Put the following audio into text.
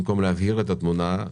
במקום להבהיר את התמונה,